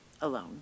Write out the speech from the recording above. alone